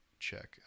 check